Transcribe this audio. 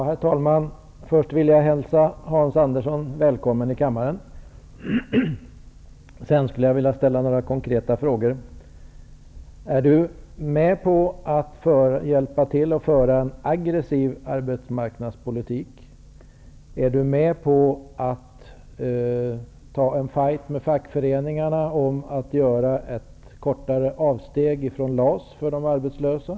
Herr talman! Först vill jag hälsa Hans Andersson välkommen till kammaren. Sedan skulle jag vilja ställa några konkreta frågor. Vill Hans Andersson hjälpa till att föra en aggressiv arbetsmarknadspolitik? Vill han ta en fight med fackföreningarna för att kunna göra ett kortare avsteg från LAS för de arbetslösa?